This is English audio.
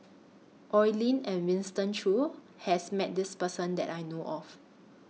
Oi Lin and Winston Choos has Met This Person that I know of